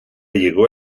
llegó